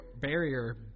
barrier